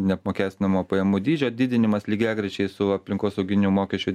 neapmokestinamo pajamų dydžio didinimas lygiagrečiai su aplinkosauginiu mokesčio